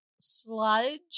sludge